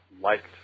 liked